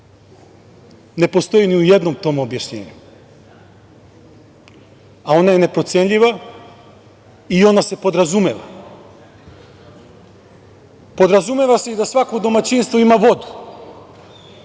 ne postoji, ni u jednom tom objašnjenju, a ona je neprocenljiva i ona se podrazumeva. Podrazumeva se da i svako domaćinstvo ima vodu,